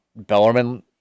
Bellerman